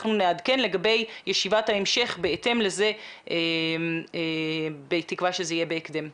אנחנו נעדכן לגבי ישיבת ההמשך בהתאם לכך בתקווה שזה יהיה בהקדם.